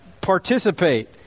participate